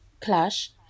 Clash